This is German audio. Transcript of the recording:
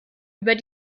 über